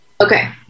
Okay